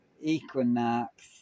equinox